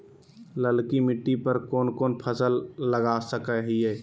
ललकी मिट्टी पर कोन कोन फसल लगा सकय हियय?